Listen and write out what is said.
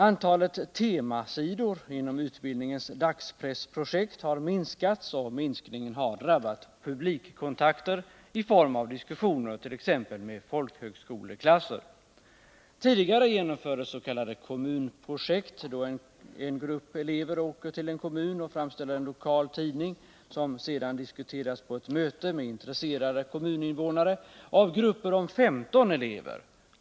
Antalet temasidor inom utbildningens dagspressprojekt har minskats, och minskningen har drabbat publikkontakter i form av diskussioner, t.ex. med folkhögskoleklasser. Tidigare genomfördes s.k. kommunprojekt, varvid en grupp på 15 elever åker till en kommun och framställer en lokal tidning, som sedan diskuteras på ett möte med intresserade kommuninvånare.